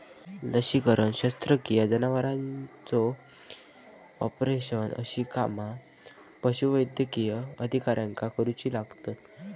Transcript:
लसीकरण, शस्त्रक्रिया, जनावरांचे ऑपरेशन अशी कामा पशुवैद्यकीय अधिकाऱ्याक करुची लागतत